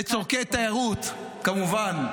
לצורכי תיירות, כמובן,